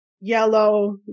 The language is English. yellow